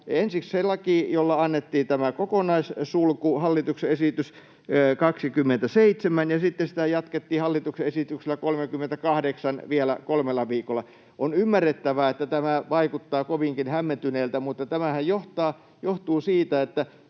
ensiksi se laki, jolla annettiin tämä kokonaissulku, hallituksen esitys 27, ja sitten sitä jatkettiin hallituksen esityksellä 38 vielä kolmella viikolla. On ymmärrettävää, että tämä vaikuttaa kovinkin hämmentävältä. Mutta tämähän johtuu siitä, että